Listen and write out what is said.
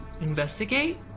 investigate